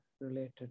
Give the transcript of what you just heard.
related